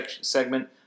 segment